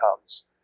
comes